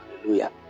Hallelujah